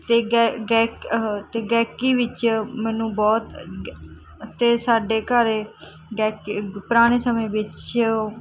ਅਤੇ ਗਾਇਕੀ ਵਿੱਚ ਮੈਨੂੰ ਬਹੁਤ ਅਤੇ ਸਾਡੇ ਘਰ ਗਾਇਕੀ ਪੁਰਾਣੇ ਸਮੇਂ ਵਿੱਚ